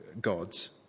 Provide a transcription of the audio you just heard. gods